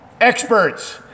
experts